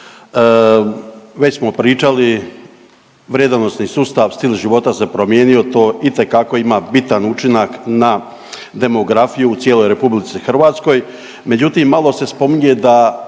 Već smo pričali, vrijedonosni sustav, stil života se promijenio, to itekako ima bitan učinak na demografiju u cijeloj RH, međutim, malo se spominje da